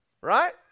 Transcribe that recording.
Right